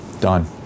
done